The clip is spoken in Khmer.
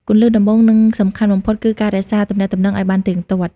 គន្លឹះដំបូង និងសំខាន់បំផុត គឺ រក្សាការទំនាក់ទំនងឱ្យបានទៀងទាត់។